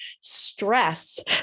stress